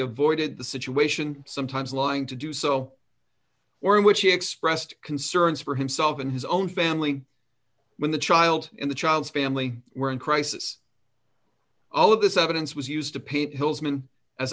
avoided the situation sometimes lying to do so or in which he expressed concerns for himself and his own family when the child in the child's family were in crisis all of this evidence was used to paint hill's